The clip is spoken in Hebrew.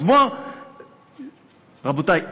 רבותי,